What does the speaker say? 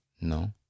No